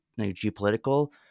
geopolitical